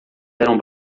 eram